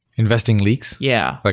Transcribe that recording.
investing leaks? yeah, but